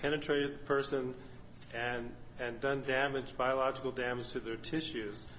penetrated person and and then damage biological damage to their tissues